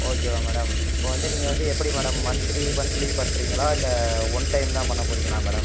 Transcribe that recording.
ஓகேவா மேடம் இப்போ வந்து நீங்கள் வந்து எப்படி மேடம் மன்த்லி மன்த்லி பண்ணுறீங்களா இல்லை ஒன் டைம் தான் பண்ணப் போகிறீங்களா மேடம்